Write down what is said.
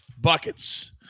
buckets